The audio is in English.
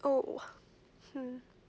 oh hmm